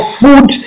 food